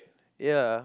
ya